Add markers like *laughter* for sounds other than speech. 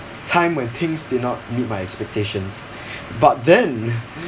time when things did not meet my expectations *breath* but then